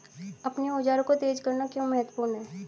अपने औजारों को तेज करना क्यों महत्वपूर्ण है?